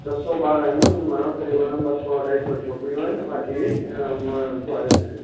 छह सौ ॿार आहिनि उन मां क़रीबनि ॿ सौ अढाई सौ छोकिरियूं आहिनि बाक़ी बॉइस आहिनि